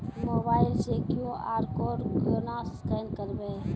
Mobile से QR code केना scan करबै?